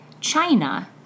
China